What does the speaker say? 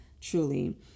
truly